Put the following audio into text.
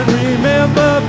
remember